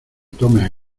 tomes